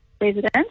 resident